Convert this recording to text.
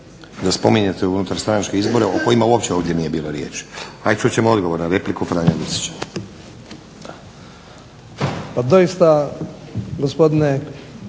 da spominjete unutarstranačke izbore o kojima uopće ovdje nije bilo riječi. Ajd čut ćemo odgovor na repliku Franje Lucića.